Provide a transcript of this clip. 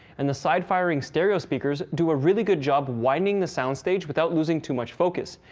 and the side-firing stereo speakers do a really good job widening the sound stage without losing too much focus,